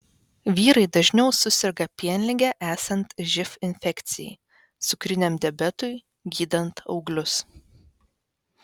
vyrai dažniau suserga pienlige esant živ infekcijai cukriniam diabetui gydant auglius